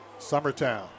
Summertown